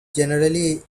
generally